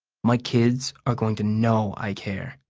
my kids are going to know i care.